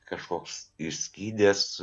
kažkoks išskydęs